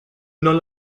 non